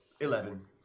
Eleven